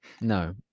No